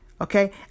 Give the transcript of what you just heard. okay